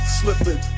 slipping